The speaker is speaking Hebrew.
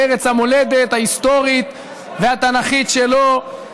בארץ המולדת ההיסטורית והתנ"כית שלו,